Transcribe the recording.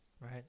Right